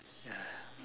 ya